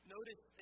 Notice